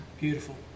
Beautiful